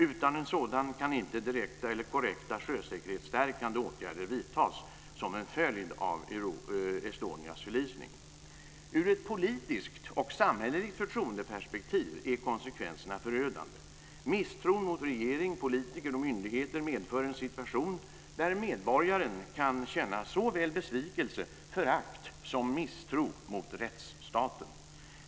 Utan en sådan kan inte direkta eller korrekta sjösäkerhetsstärkande åtgärder vidtas som en följd av Estonias förlisning. Ur ett politiskt och samhälleligt förtroendeperspektiv är konsekvenserna förödande. Misstron mot regering, politiker och myndigheter medför en situation där medborgaren kan känna besvikelse, förakt och misstro mot rättsstaten.